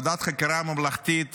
ועדת חקירה ממלכתית